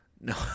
No